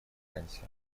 вакансия